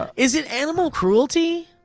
ah is it animal cruelty?